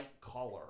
color